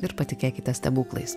ir patikėkite stebuklais